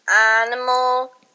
Animal